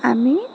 আমি